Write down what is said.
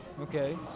Okay